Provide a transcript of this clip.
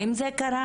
האם זה קרה?